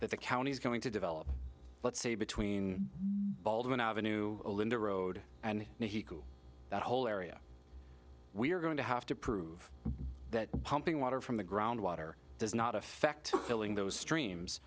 the county is going to develop let's say between baldwin avenue linda road and that whole area we are going to have to prove that pumping water from the ground water does not affect filling those